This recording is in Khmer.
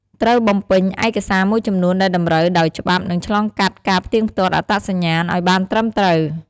ត្រូវបំពេញឯកសារមួយចំនួនដែលតម្រូវដោយច្បាប់និងឆ្លងកាត់ការផ្ទៀងផ្ទាត់អត្តសញ្ញាណឲ្យបានត្រឹមត្រូវ។